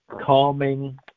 calming